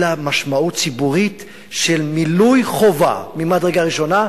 אלא משמעות ציבורית של מילוי חובה ממדרגה ראשונה.